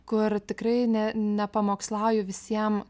kur tikrai ne nepamokslauju visiem